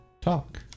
talk